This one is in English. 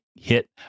hit